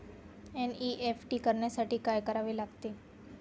NEFT करण्यासाठी काय करावे लागते?